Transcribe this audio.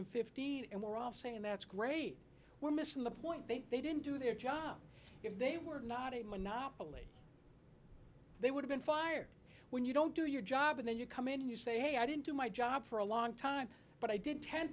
and fifty and they're all saying that's great we're missing the point that they didn't do their job if they were not a monopoly they would have been fired when you don't do your job and then you come in and you say hey i didn't do my job for a long time but i did ten